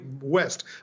West